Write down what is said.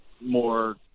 more